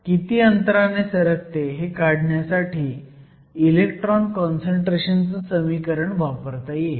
किती अंतराने सरकेल हे काढण्यासाठी इलेक्ट्रॉन काँसंट्रेशन चं समीकरण वापरता येईल